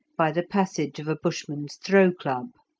by the passage of a bushman's throw-club.